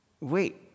Wait